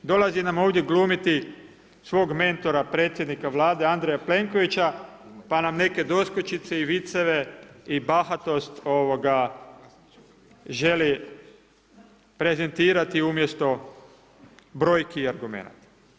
Dolazi nam ovdje glumiti svog mentora, predsjednika Vlade Andreja Plenkovića pa nam neke doskočice i viceve i bahatost želi prezentirati umjesto brojki i argumenata.